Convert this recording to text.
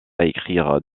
écrire